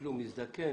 אפילו מזדקן,